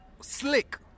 slick